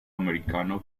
americano